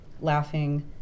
laughing